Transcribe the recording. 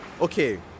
Okay